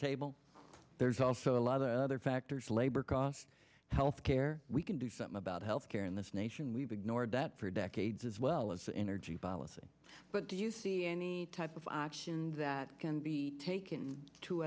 table there's also a lot of other factors labor costs health care we can do something about health care in this nation we've ignored that for decades as well as energy policy but do you see any type of action that can be taken to